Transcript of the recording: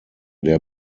der